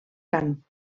cant